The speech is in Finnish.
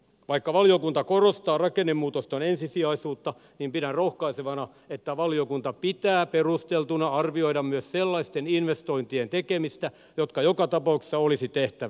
vaikka valiokunta korostaa rakennemuutosten ensisijaisuutta niin pidän rohkaisevana että valiokunta pitää perusteltuna arvioida myös sellaisten investointien tekemistä jotka joka tapauksessa olisi tehtävä